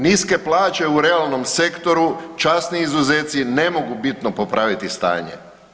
Niske plaće u realnom sektoru, časni izuzeci, ne mogu bitno popraviti stanje.